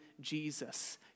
Jesus